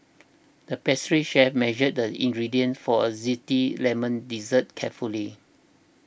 the pastry chef measured the ingredients for a Zesty Lemon Dessert carefully